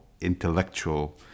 intellectual